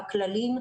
הכללים,